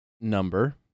number